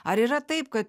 ar yra taip kad